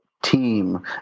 team